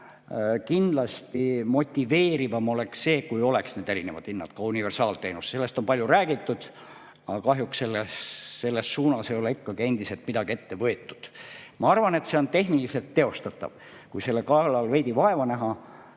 Kindlasti oleks motiveerivam see, kui oleks erinevad hinnad ka universaalteenuses. Sellest on palju räägitud, aga kahjuks selles suunas ei ole endiselt midagi ette võetud. Ma arvan, et see on tehniliselt teostatav, kui selle kallal veidi vaeva näha.